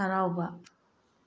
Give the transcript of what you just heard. ꯍꯔꯥꯎꯕ